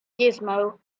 gizmo